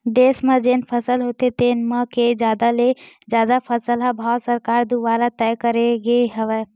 देस म जेन भी फसल होथे तेन म के जादा ले जादा फसल के भाव सरकार दुवारा तय करे गे हवय